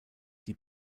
die